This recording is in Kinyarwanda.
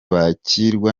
bakirwa